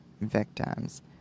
victims